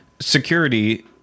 security